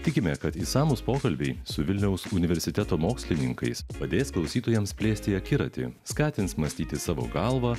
tikime kad išsamūs pokalbiai su vilniaus universiteto mokslininkais padės klausytojams plėsti akiratį skatins mąstyti savo galva